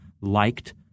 liked